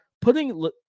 putting